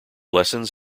lessons